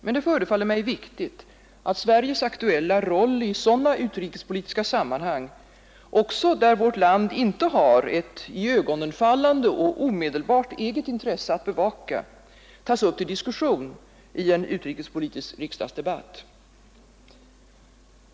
Men det förefaller mig viktigt att Sveriges aktuella roll i sådana utrikespolitiska sammanhang — också där vårt land inte har ett iögonenfallande och omedelbart eget intresse att bevaka — tas upp till diskussion i en utrikespolitisk riksdagsdebatt.